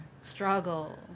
struggle